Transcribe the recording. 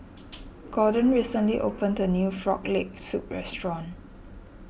Gordon recently opened a new Frog Leg Soup restaurant